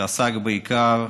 שעסק בעיקר